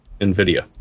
NVIDIA